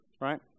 right